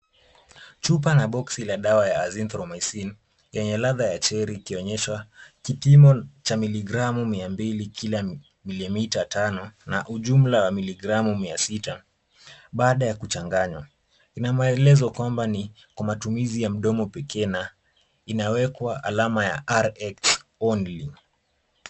Chupa na boksi ya dawa ya Azithromycin, yenye ladha ya cherry ikionyeshwa kipimo cha miligramu mia mbili kila milimita tano na ujumla wa miligramu mia sita baada ya kuchanganywa. Ina maelezo kwamba ni matumizi ya mdomo pekee na inawekwa alama ya RX only .